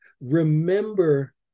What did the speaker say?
remember